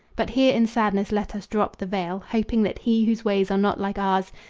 but here in sadness let us drop the veil, hoping that he whose ways are not like ours,